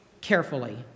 carefully